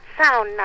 sound